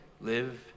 live